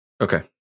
okay